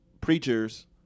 preachers